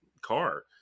car